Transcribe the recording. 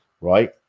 right